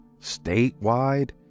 statewide